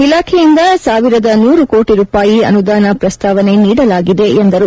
ಇಲಾಖೆಯಿಂದ ಸಾವಿರದ ನೂರು ಕೋಟಿ ರೂಪಾಯಿ ಅನುದಾನದ ಪ್ರಸಾವನೆ ನೀಡಲಾಗಿದೆ ಎಂದರು